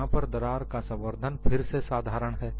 यहां पर दरार का संवर्धन फिर से साधारण है